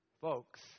Folks